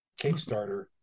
kickstarter